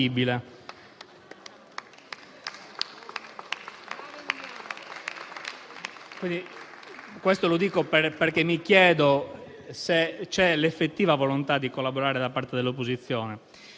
Dico ciò perché mi chiedo se vi sia l'effettiva volontà di collaborare da parte dell'opposizione.